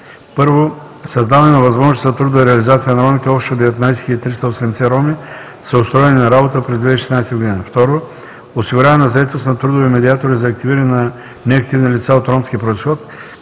1. Създаване на възможности за трудова реализация на ромите – общо 19 380 роми са устроени на работа през 2016 г. 2. Осигуряване на заетост на трудови медиатори за активиране на неактивни лица от ромски произход,